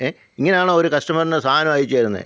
ഇങ്ങനെയാണോ ഒരു കസ്റ്റമറിന് സാധനം അയച്ചു തരുന്നത്